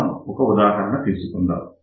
మనం ఒక ఉదాహరణ తీసుకుందాం